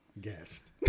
guest